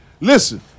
Listen